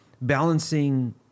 Balancing